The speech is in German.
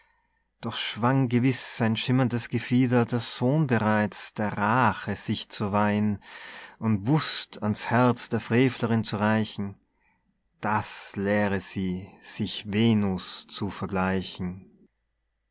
doch schwang gewiß sein schimmerndes gefieder der sohn bereits der rache sich zu weihn und wußt an's herz der frevlerin zu reichen das lehre sie sich venus zu vergleichen